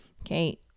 okay